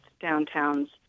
downtowns